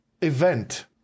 event